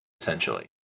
essentially